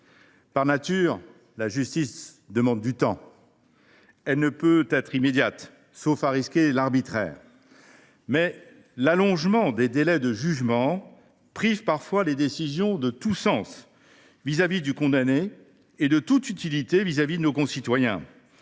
par nature, demande du temps. Elle ne peut pas être immédiate, sauf à verser dans l’arbitraire. Mais l’allongement des délais de jugement prive parfois les décisions de tout sens, vis à vis du condamné, et de toute utilité, vis à vis de nos concitoyens,